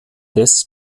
des